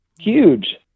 huge